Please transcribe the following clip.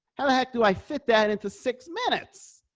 how the heck do i fit that into six minutes.